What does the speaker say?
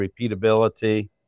repeatability